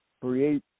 create